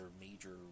major